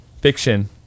fiction